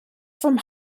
from